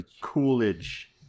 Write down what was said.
Coolidge